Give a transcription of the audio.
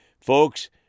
Folks